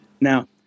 Now